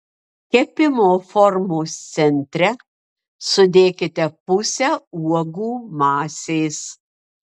kepimo formos centre sudėkite pusę uogų masės